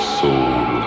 soul